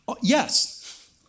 Yes